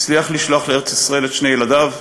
הצליח לשלוח לארץ-ישראל את שני ילדיו,